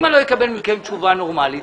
אם אני לא אקבל מכם תשובה נורמלית,